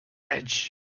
edge